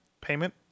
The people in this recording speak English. payment